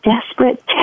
desperate